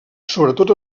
sobretot